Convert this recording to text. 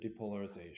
depolarization